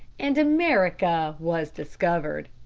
and america was discovered.